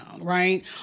right